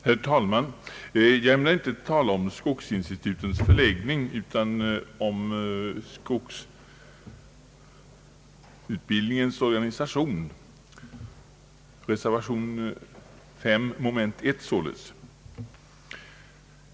Herr talman! Jag ämnar inte tala om skogsinstitutens förläggning utan om = skogsutbildningens organisation, alltså reservation 5: 1.